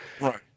right